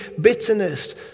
bitterness